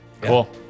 Cool